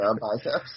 biceps